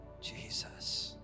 Jesus